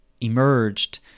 emerged